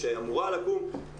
שאמורה לקום,